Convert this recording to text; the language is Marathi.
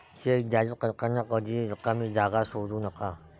चेक जारी करताना कधीही रिकामी जागा सोडू नका